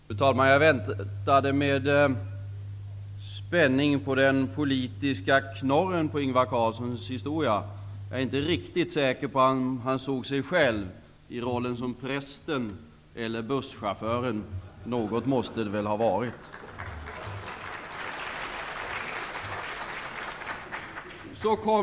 Fru talman! Jag väntade med spänning på den politiska knorren på Ingvar Carlssons historia. Jag är inte riktigt säker på om han såg sig själv i rollen som prästen eller som busschauffören. Någotdera måste det väl ha varit.